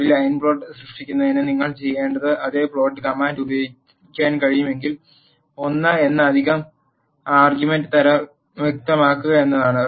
ഒരു line plot സൃഷ്ടിക്കുന്നതിന് നിങ്ങൾ ചെയ്യേണ്ടത് അതേ പ്ലോട്ട് കമാൻഡ് ഉപയോഗിക്കാൻ കഴിയുമെങ്കിൽ l എന്ന അധിക ആർഗ്യുമെന്റ് തരം വ്യക്തമാക്കുക എന്നതാണ്